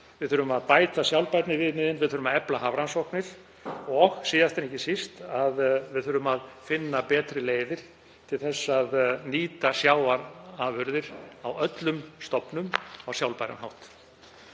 Við þurfum að bæta sjálfbærniviðmiðin. Við þurfum að efla hafrannsóknir og síðast en ekki síst þurfum við að finna betri leiðir til að nýta sjávarafurðir á öllum stofnum á sjálfbæran hátt.